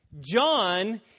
John